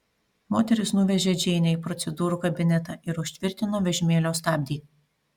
moteris nuvežė džeinę į procedūrų kabinetą ir užtvirtino vežimėlio stabdį